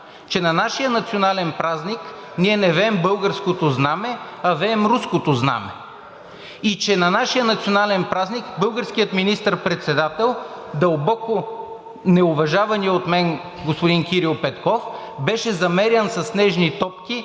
че на нашия национален празник ние не веем българското знаме, а веем руското знаме и че на нашия национален празник българският министър-председател – дълбоко неуважаваният от мен господин Кирил Петков, беше замерян със снежни топки,